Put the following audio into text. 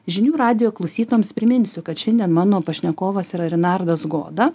žinių radijo klausytojams priminsiu kad šiandien mano pašnekovas yra renardas goda